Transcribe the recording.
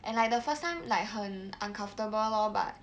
and like the first time like 很 uncomfortable lor but